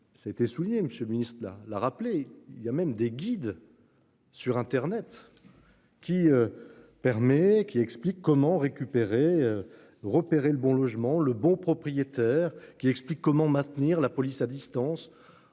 Ça a été souligné. Monsieur le Ministre la rappeler. Il y a même des guides. Sur Internet. Qui. Permet qui explique comment récupérer. Repéré le bon logement Le Bon propriétaire qui explique comment maintenir la police à distance.